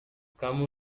kamu